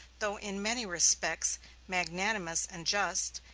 though in many respects magnanimous and just,